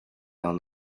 down